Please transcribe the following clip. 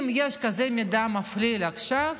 אם יש כזה מידע מפליל עכשיו,